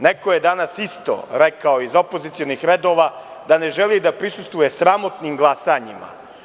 Neko je danas isto rekao iz opozicionih redova da ne želi da prisustvuje sramotnim glasanjima.